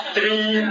Three